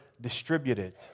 distributed